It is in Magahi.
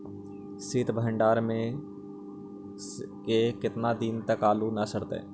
सित भंडार में के केतना दिन तक आलू न सड़तै?